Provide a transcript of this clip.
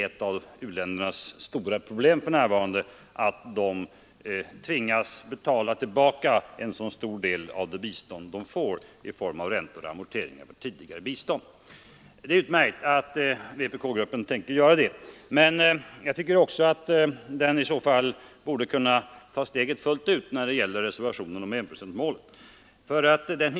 Ett av u-ländernas stora problem för närvarande är nämligen att de tvingas betala tillbaka en så stor del av det bistånd de får i form av räntor och amorteringar på tidigare bistånd. Det är utmärkt att vpk-gruppen tänker göra det. Men jag tycker också att den i så fall borde kunna ta steget fullt ut när det gäller reservationen om enprocentsmålet.